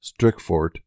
Strickfort